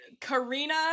Karina